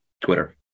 Twitter